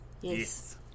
Yes